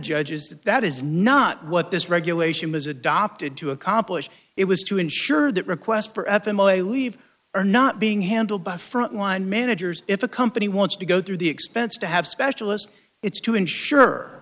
that that is not what this regulation was adopted to accomplish it was to ensure that requests for f e m a leave are not being handled by front line managers if a company wants to go through the expense to have specialist it's to ensure